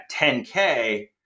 10K